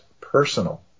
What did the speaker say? personal